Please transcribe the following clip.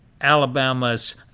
Alabama's